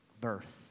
birth